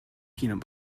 peanut